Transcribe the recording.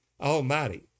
Almighty